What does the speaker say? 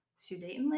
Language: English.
Sudetenland